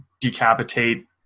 decapitate